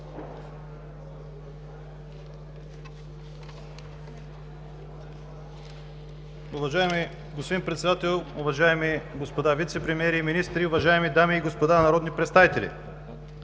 Уважаеми господин Председател, уважаеми господа вицепремиери и министри, уважаеми дами и господа народни представители!